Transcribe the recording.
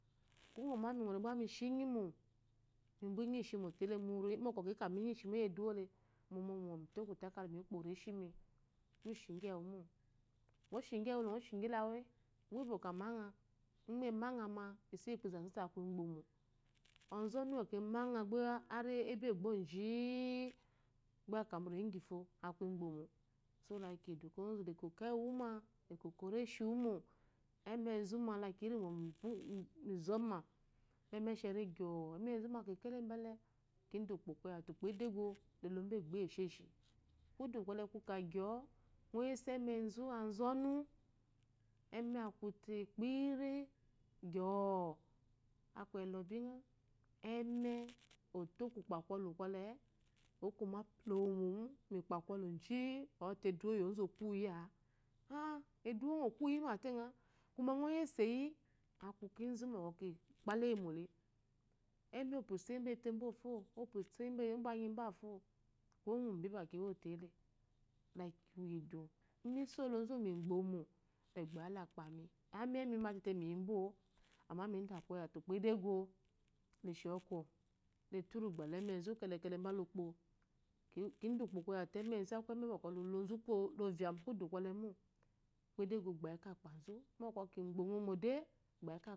Shingo memi mingole gbe mishinyimɔ mibew inyishimo bako mika minyishimo yi eduwole mɔmɔmɔ. milo kodekai mimikpo moreshimi mishigyi ewumo mishigyile mishigyi kwe we bwɔkwɔ amenga, inde gbe amangga me isoyikpo izezute aku igbomo ozunuemanga ebebo ji aka murinyi gyifo aku. igbomo so lakiyidu ko oziou koko enguwuma lekeko reshi wumo emezume leki yinmo mizome mo emeshi gyoo emezu ba kekelele mbwle kinde ukpo koyete ukpo edego le lobo egbo yi esheshi kudu kwɔle kuka gybɔ ngo yese emmazu azonu eme akute kpin gyoo aku ello binga elle oto kukpe kwɔlu kwɔle kokmepule iwomo mikpakwolu kwɔle okomepule iwono mikpakwolu ji te eduwo yi ozu okuwiya a aa eduwo yozu okuwiyima tenga kume ngo yese yi akukizu bwɔkwɔ ki kpala eyimo le emme opweiso yi betebwofo, opwa isoyi bnyibafo kuwu gunbe ba kimo tela lakitidu misole ozuwu migbomuo labayi lakpami emme mima miyibwo amma mida koyete ukpo edogo leshokw leturu gbede emma zu kelekele bela ukpo kids ukpo ukpo koye te emmezu leku emme bwɔkwɔ lolonzu lovia mo mukudu kwɔle mo edego bayi ke kpezu bwɔkwɔ kingbongomo de gbayi ke.